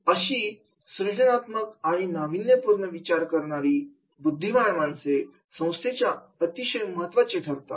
अशी सृजनात्मक आणि नाविन्यपूर्ण विचार करणारी बुद्धिमान माणसे संस्थेसाठी अतिशय महत्त्वाची ठरतात